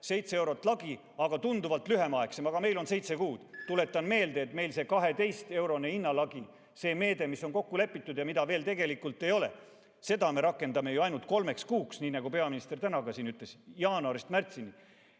eurot lagi ja tunduvalt lühem aeg, aga meil on seitse kuud. Tuletan meelde, et seda 12‑eurost hinnalage – see meede, mis on kokku lepitud ja mida veel tegelikult ei ole – me rakendame ju ainult kolmeks kuuks, nii nagu peaminister tänagi siin ütles, jaanuarist märtsini.